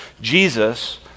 Jesus